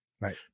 right